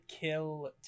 kill